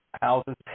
houses